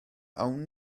awn